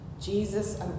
Jesus